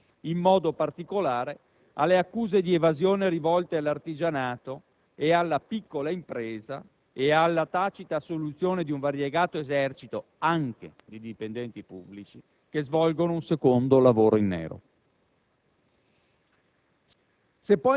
Mi riferisco, in modo particolare, alle accuse di evasione rivolte all'artigianato e alla piccola impresa e alla tacita assoluzione di un variegato esercito, anche di dipendenti pubblici, che svolgono un secondo lavoro in nero.